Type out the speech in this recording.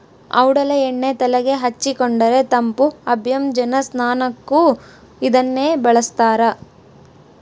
ಔಡಲ ಎಣ್ಣೆ ತೆಲೆಗೆ ಹಚ್ಚಿಕೊಂಡರೆ ತಂಪು ಅಭ್ಯಂಜನ ಸ್ನಾನಕ್ಕೂ ಇದನ್ನೇ ಬಳಸ್ತಾರ